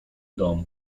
dom